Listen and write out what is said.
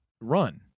run